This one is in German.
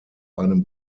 einem